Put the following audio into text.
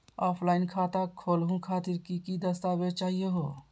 Offline खाता खोलहु खातिर की की दस्तावेज चाहीयो हो?